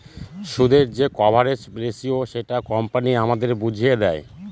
সুদের যে coverage ratio সেটা কোম্পানি আমাদের বুঝিয়ে দেয়